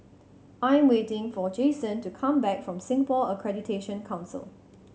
I'm waiting for Jasen to come back from Singapore Accreditation Council